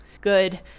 good